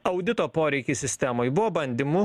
audito poreikis sistemoj buvo bandymų